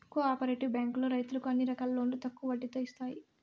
co operative బ్యాంకులో రైతులకు అన్ని రకాల లోన్లు తక్కువ వడ్డీతో ఇత్తాయి